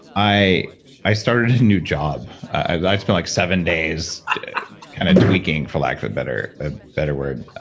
i i started a new job, i spent like seven days kind of tweaking for lack of a better a better word.